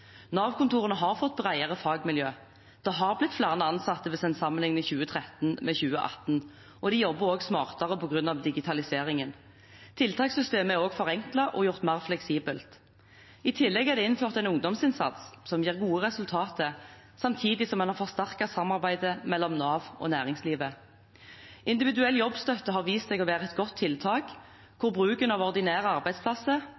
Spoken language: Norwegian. har fått bredere fagmiljøer – det er blitt flere ansatte hvis en sammenligner 2013 med 2018, og de jobber også smartere på grunn av digitaliseringen. Tiltakssystemet er også forenklet og gjort mer fleksibelt. I tillegg er det innført en ungdomsinnsats som gir gode resultater, samtidig som en har forsterket samarbeidet mellom Nav og næringslivet. Individuell jobbstøtte har vist seg å være et godt tiltak,